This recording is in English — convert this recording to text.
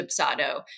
Dubsado